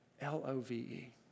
L-O-V-E